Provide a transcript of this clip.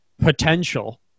potential